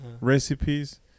recipes